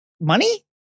money